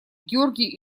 георгий